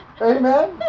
Amen